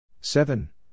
Seven